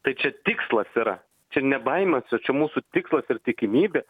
tai čia tikslas yra čia ne baimė čia mūsų tikslas ir tikimybė